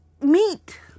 meat